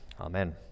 Amen